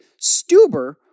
Stuber